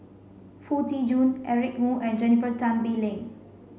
Foo Tee Jun Eric Moo and Jennifer Tan Bee Leng